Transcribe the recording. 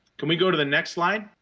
can we go to the next slide?